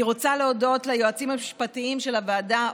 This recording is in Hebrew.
אני רוצה להודות ליועצים המשפטיים של הוועדה,